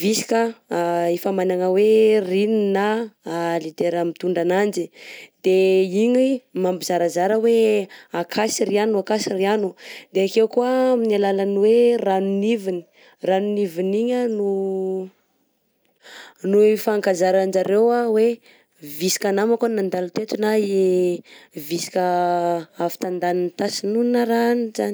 visika efa managna hoe rininy na leader mitondra ananjy de igny mampizarazara hoe akatsy riano, akatsy riano de akeo koà amin'ny alalan'ny hoe ranoniviny ranoniviny igny no no hifankazaranjareo hoe visika namako any nandalo teto na visika avy tandaniny tatsy no naraha anjany.